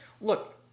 look